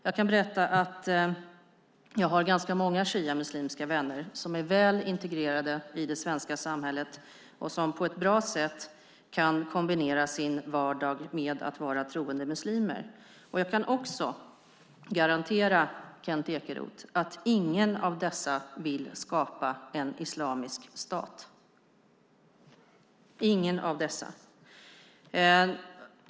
Jag kan berätta att jag har ganska många shiamuslimska vänner som är väl integrerade i det svenska samhället och som på ett bra sätt kan kombinera sin vardag med att vara troende muslimer. Jag kan också garantera Kent Ekeroth att ingen av dessa vill skapa en islamisk stat.